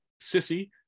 Sissy